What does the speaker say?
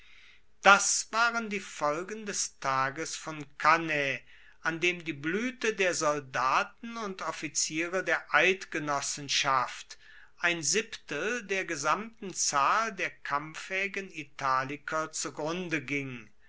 das waren die folgen des tages von cannae an dem die bluete der soldaten und offiziere der eidgenossenschaft ein siebentel der gesamten zahl der kampffaehigen italiker zugrunde ging